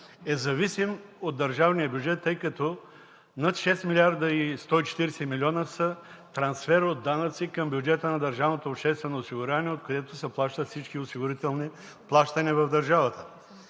е зависим от държавния бюджет, тъй като над 6 милиарда и 140 милиона са трансфер от данъци към бюджета на държавното обществено осигуряване, откъдето се плащат всички осигурителни плащания в държавата.